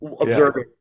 Observing